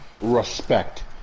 respect